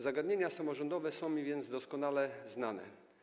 Zagadnienia samorządowe są mi więc doskonale znane.